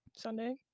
Sunday